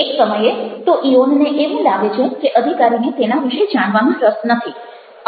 એક સમયે તો ઇયોનને એવું લાગે છે કે અધિકારીને તેના વિશે જાણવામાં રસ નથી